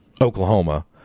Oklahoma